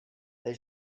they